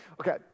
Okay